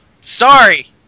Sorry